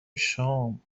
شام